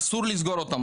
אסור לסגור אותם.